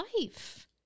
life